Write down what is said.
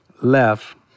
left